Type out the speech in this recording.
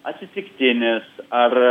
atsitiktinis ar